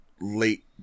late